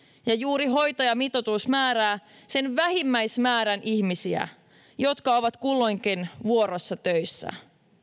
ja juuri hoitajamitoitus määrää sen vähimmäismäärän ihmisiä jotka ovat kulloinkin vuorossa töissä